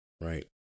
right